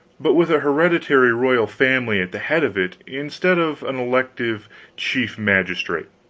but with a hereditary royal family at the head of it instead of an elective chief magistrate.